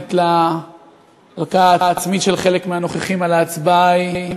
באמת להלקאה העצמית של חלק מהנוכחים על ההצבעה ההיא,